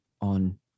on